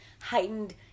heightened